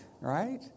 right